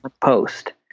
post